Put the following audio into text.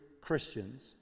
Christians